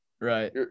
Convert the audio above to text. right